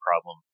problem